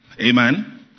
Amen